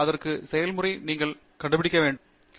அதை செய்ய முழு செயல்முறை நீங்கள் கண்டுபிடித்து என்று ஒன்று உள்ளது